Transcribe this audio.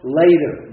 later